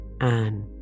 Anne